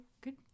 good